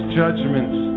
judgments